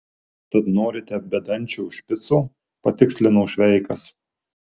tad norite bedančio špico patikslino šveikas